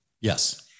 yes